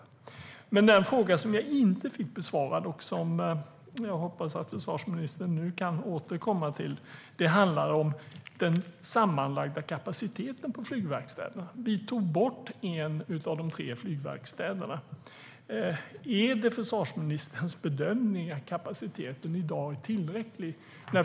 Den fråga som jag inte fick besvarad och som jag hoppas att försvarsministern nu kan återkomma till handlade om den sammanlagda kapaciteten på flygverkstäderna. Vi tog bort en av de tre flygverkstäderna. Är det försvarsministerns bedömning att kapaciteten i dag är tillräcklig?